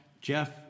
Jeff